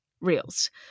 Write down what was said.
reels